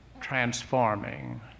transforming